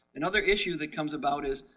another issue that comes about is.